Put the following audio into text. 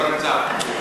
הוא לא נמצא פה.